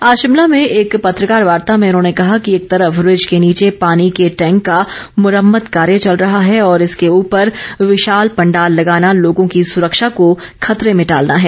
आज शिमला में एक पत्रकार वार्ता में उन्होंने कहा कि एक तरफ रिज के नीचे पानी के टैंक का मुरम्मत कार्य चल रहा है और इसके ऊपर विशाल पंडाल लगाना लोगों की सुरक्षा को खतरे में डालना है